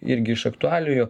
irgi iš aktualijų